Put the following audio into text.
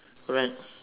correct